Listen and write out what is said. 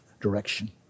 direction